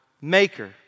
maker